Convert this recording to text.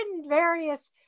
various